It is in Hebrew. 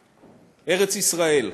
ארץ-ישראל.